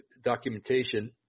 documentation